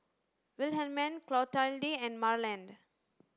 Wilhelmine Clotilde and Marland